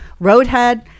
Roadhead